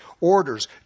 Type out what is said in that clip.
orders